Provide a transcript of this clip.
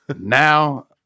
now